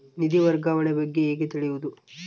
ನಿಧಿ ವರ್ಗಾವಣೆ ಬಗ್ಗೆ ಹೇಗೆ ತಿಳಿಯುವುದು?